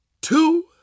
two